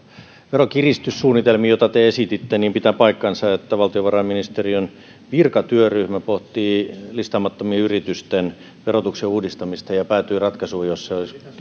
veronkiristyssuunnitelmiin joita te esititte pitää paikkansa että valtiovarainministeriön virkatyöryhmä pohti listaamattomien yritysten verotuksen uudistamista ja ja päätyi ratkaisuun jossa